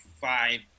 five